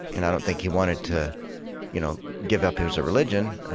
and i don't think he wanted to you know give up his religion.